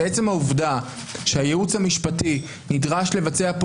ועצם העובדה שהייעוץ המשפטי נדרש לבצע פה